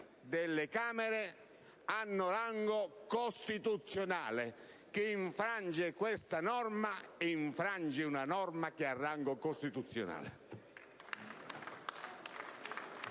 delle Camere hanno rango costituzionale. Chi infrange questa norma infrange una norma che ha rango costituzionale.